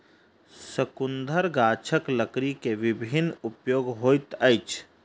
शंकुधर गाछक लकड़ी के विभिन्न उपयोग होइत अछि